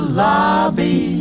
lobby